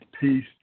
peace